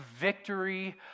victory